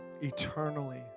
eternally